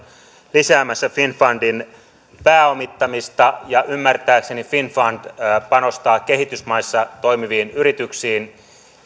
lisäämässä finnfundin pääomittamista ja ymmärtääkseni finnfund panostaa kehitysmaissa toimiviin yrityksiin